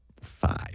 five